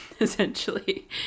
essentially